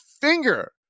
finger